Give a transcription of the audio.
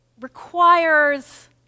requires